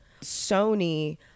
Sony